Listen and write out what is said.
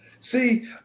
See